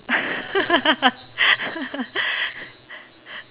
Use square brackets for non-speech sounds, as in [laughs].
[laughs]